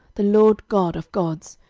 the lord god of gods,